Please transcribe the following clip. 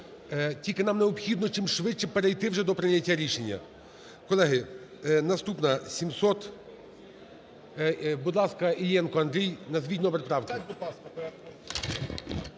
Тільки нам необхідно чимшвидше перейти вже до прийняття рішення. Колеги, наступна 700… Будь ласка, Іллєнко Андрій. Назвіть номер правки.